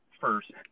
first